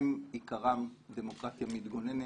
שעיקרן דמוקרטיה מתגוננת,